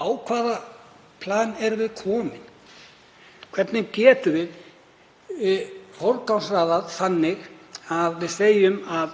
Á hvaða plan erum við komin? Hvernig getum við forgangsraðað þannig að við segjum að